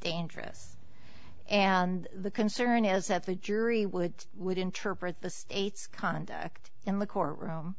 dangerous and the concern is that the jury would would interpret the state's conduct in the courtroom